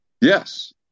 Yes